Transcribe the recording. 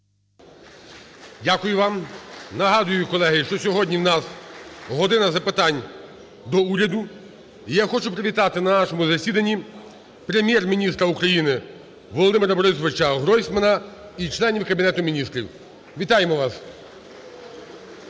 Дякую вам. Нагадую, колеги, що сьогодні у нас "година запитань до Уряду". Я хочу привітати на нашому засіданні Прем'єр-міністра України Володимира Борисовича Гройсмана і членів Кабінету Міністрів. Вітаємо вас!